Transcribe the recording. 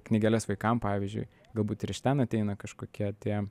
knygeles vaikam pavyzdžiui galbūt ir iš ten ateina kažkokia tie